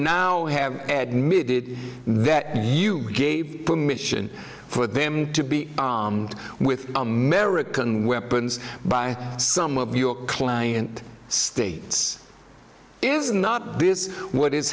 now have admitting that you gave permission for them to be armed with american weapons by some of your client states is not this what is